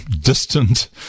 distant